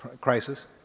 crisis